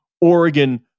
Oregon